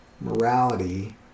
morality